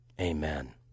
amen